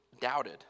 doubted